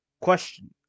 Question